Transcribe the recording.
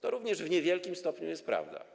To również w niewielkim stopniu jest prawda.